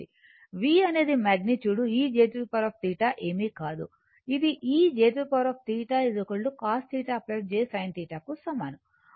V అనేది magnitude e jθ ఏమీ కాదు ఇది e jθ cos θ j sin θ కు సమానం